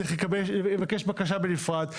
צריך לבקש בקשה בנפרד,